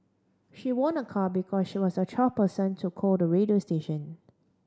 she won a car because she was a twelfth person to call the radio station